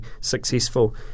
successful